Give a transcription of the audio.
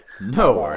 no